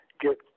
get